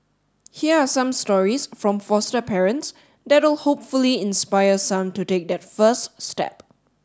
here are some stories from foster parents that will hopefully inspire some to take that first step